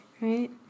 right